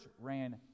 ran